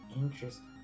Interesting